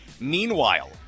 Meanwhile